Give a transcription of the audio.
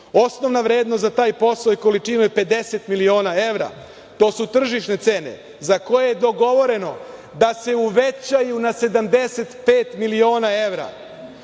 Osnovna vrednost za taj posao i količinu je 50 miliona evra. To su tržišne cene za koje je dogovoreno da se uvećaju na 75 miliona evra.